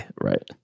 right